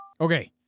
Okay